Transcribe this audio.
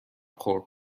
خورد